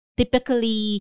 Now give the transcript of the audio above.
typically